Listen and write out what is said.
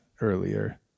earlier